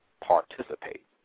participate